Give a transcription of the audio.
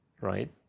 right